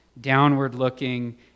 downward-looking